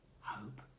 hope